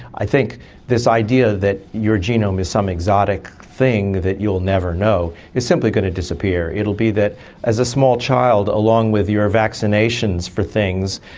i think this idea that your genome is some exotic thing that you'll never know is simply going to disappear. it will be that as a small child, along with your vaccinations for things,